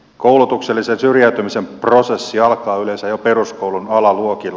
koulutuksellisen syrjäytymisen prosessi alkaa yleensä jo peruskoulun alaluokilla